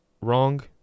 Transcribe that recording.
wrong